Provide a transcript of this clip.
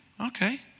Okay